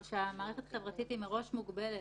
ושל מי שהוכרז אדם שהוא פעיל טרור,